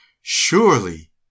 Surely